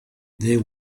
there